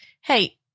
Hey